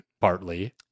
partly